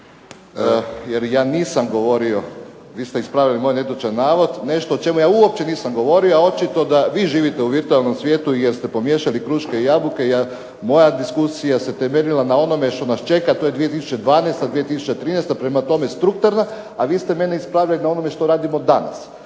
jer ja nisam govorio, vi ste ispravljali moj netočan navod, nešto o čemu ja uopće nisam govorio, a očito da vi živite u virtualnom svijetu, jer ste pomiješali kruške i jabuke. Moja diskusija se temeljila na onome što nas čeka. To je 2012., 2013. Prema tome, .../Govornik se ne razumije./... a vi ste mene ispravljali na onome što radimo danas.